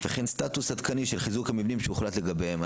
וכן סטטוס עדכני של חיזוק המבנים שהוחלט לגביהם.